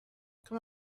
come